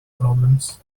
problems